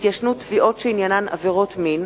התיישנות תביעות שעניינן עבירות מין),